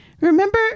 Remember-